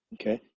Okay